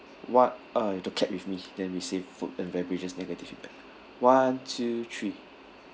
one uh you have to clap with me then we say food and beverages negative feedback one two three